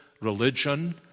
religion